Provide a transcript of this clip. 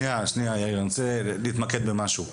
אני רוצה להתמקד במשהו.